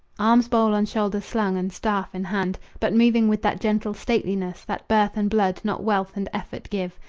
alms-bowl on shoulder slung and staff in hand, but moving with that gentle stateliness that birth and blood, not wealth and effort, give,